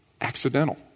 accidental